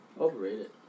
overrated